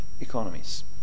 economies